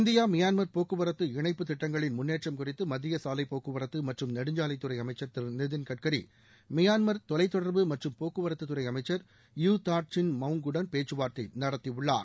India Myanmar போக்குவரத்து இணைப்புத் திட்டங்களின் முன்னேற்றம் குறித்து மத்திய சாலைப் போக்குவரத்து மற்றும் நெடுஞ்சாலைத்துறை அமைச்சர் திரு நிதின் கட்கரி மியான்மர் தொலைத்தொடர்பு மற்றும் போக்குவரத்துத்துறை அமைச்சர் யூ தாண்ட் சின் மவுங் குடன் பேச்சுவார்த்தை நடத்தியுள்ளார்